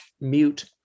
mute